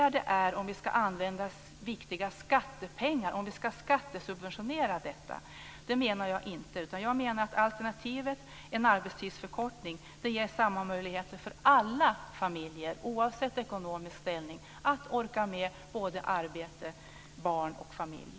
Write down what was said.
Det vi diskuterar är om vi ska skattesubventionera detta. Det menar jag att vi inte ska. Jag menar att alternativet, en arbetstidsförkortning, ger samma möjligheter för alla familjer, oavsett ekonomisk ställning, att orka med både arbete, barn och familj.